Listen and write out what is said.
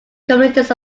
communities